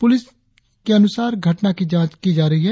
police के अनुसार घटना की जांच की जा रही है